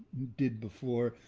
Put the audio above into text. did before,